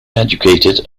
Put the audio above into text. educated